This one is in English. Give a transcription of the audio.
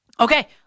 Okay